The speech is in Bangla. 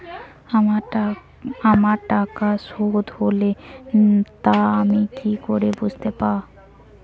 আমার টাকা শোধ হলে তা আমি কি করে বুঝতে পা?